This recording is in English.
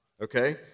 Okay